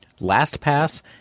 LastPass